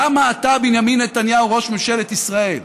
למה אתה, בנימין נתניהו, ראש ממשלת ישראל,